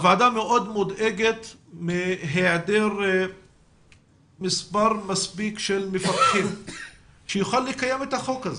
הוועדה מאוד מודאגת מהיעדר מספר מספיק של מפקחים כדי לקיים את החוק הזה.